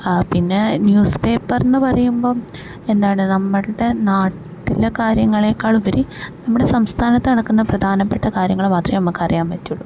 പിന്നെ newspaper എന്ന് പറയുമ്പം എന്താണ് നമ്മളുടെ നാട്ടിലെ കാര്യങ്ങളേക്കാളുപരി നമ്മുടെ സംസ്ഥാനത്ത് നടക്കുന്ന പ്രധാനപ്പെട്ട കാര്യങ്ങള് മാത്രേ നമുക്കറിയാൻ പറ്റുള്ളു